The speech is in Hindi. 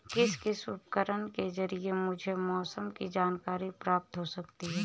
किस किस उपकरण के ज़रिए मुझे मौसम की जानकारी प्राप्त हो सकती है?